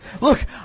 Look